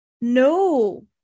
No